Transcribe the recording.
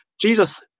Jesus